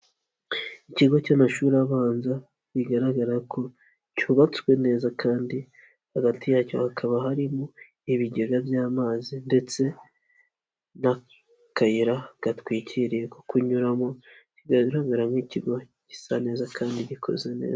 Ikigo cy'amashuri abanza bigaragara ko cyubatswe neza, kandi hagati yacyo hakaba harimo ibigega by'amazi ndetse n'akayira gatwikiriye ko kunyuramo, bigaragara nk'ikigo gisa neza kandi gikoze neza.